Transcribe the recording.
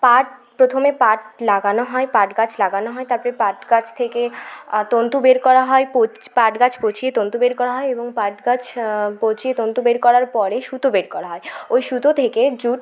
পাট প্রথমে পাট লাগানো হয় পাট গাছ লাগানো হয় তারপরে পাট গাছ থেকে তন্তু বের করা হয় পাট গাছ পচিয়ে তন্তু বের করা হয় এবং পাট গাছ পচিয়ে তন্তু বের করার পরে সুতো বের করা হয় ওই সুতো থেকে জুট